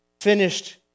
finished